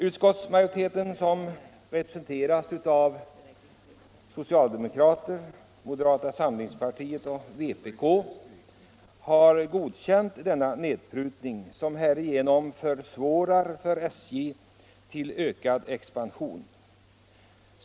Utskottsmajoriteten, som består av socialdemokraternas, moderata samlingspartiets och vpk:s representanter, har tillstyrkt denna nedprutning, som försvårar SJ:s ökade expansion.